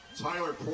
Tyler